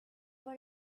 for